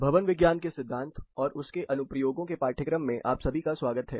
भवन विज्ञान के सिद्धांत और उसके अनुप्रयोगों के पाठ्यक्रम में आप सभी का स्वागत है